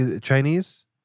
chinese